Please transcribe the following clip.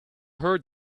heard